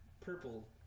purple